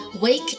wake